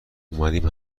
اومدین